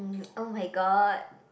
oh-my-god